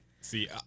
See